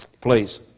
Please